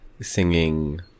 singing